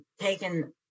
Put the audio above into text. taken